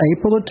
April